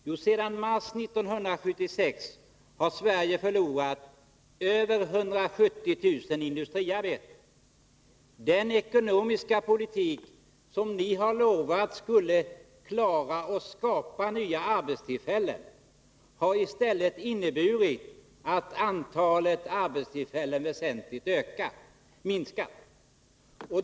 Jo, sedan mars 1976 har Sverige förlorat över 170 000 industriarbeten. Den ekonomiska politik som enligt vad ni lovat skulle skapa nya arbetstillfällen har i stället inneburit att antalet arbetstillfällen väsentligt minskat.